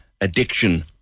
addiction